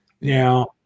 now